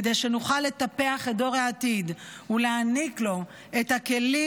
כדי שנוכל לטפח את דור העתיד ולהעניק לו את הכלים